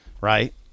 Right